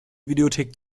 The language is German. videothek